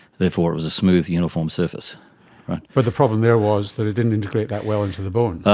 therefore it was a smooth uniform surface. but the problem there was that it didn't integrate that well into the bone.